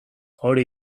hori